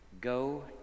Go